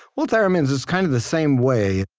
well, theremins, it's kind of the same way.